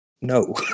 no